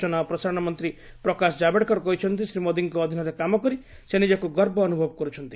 ସ୍ୱଚନା ଓ ପ୍ରସାରଣ ମନ୍ତ୍ରୀ ପ୍ରକାଶ ଜାଭେଡକର କହିଛନ୍ତି ଶ୍ରୀ ମୋଦିଙ୍କ ଅଧୀନରେ କାମ କରି ସେ ନିଜକୁ ଗର୍ବ ଅନୁଭବ କରୁଛନ୍ତି